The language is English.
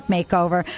Makeover